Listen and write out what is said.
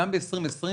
אגב,